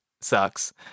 sucks